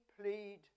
plead